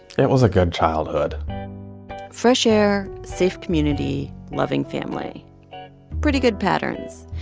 it was a good childhood fresh air, safe community, loving family pretty good patterns.